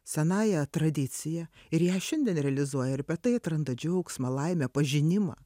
senąja tradicija ir ją šiandien realizuoja ir per tai atranda džiaugsmą laimę pažinimą